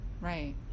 Right